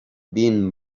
been